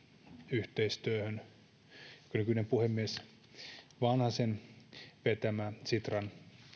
yhteistyöhön nykyisen puhemiehen vanhasen vetämä sitran